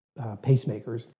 pacemakers